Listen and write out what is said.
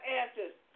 answers